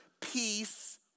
peace